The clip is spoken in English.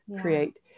create